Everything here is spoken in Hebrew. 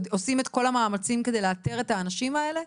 עושים את כל המאמצים על מנת לאתר את האנשים האלה?